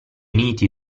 uniti